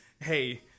hey